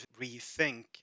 rethink